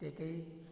ਅਤੇ ਕਈ